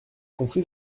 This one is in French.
compris